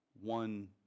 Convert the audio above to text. one